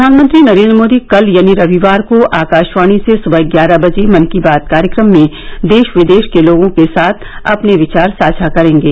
प्रधानमंत्री नरेन्द्र मोदी कल यानी रविवार को आकाशवाणी से सुबह ग्यारह बजे मन की बात कार्यक्रम में देश विदेश के लोगों के साथ अपने विचार साझा करेंगे